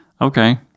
okay